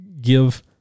give